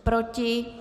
Proti?